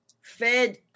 fed